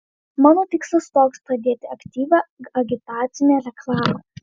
mano tikslas toks pradėti aktyvią agitacinę reklamą